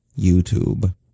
YouTube